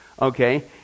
Okay